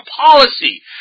policy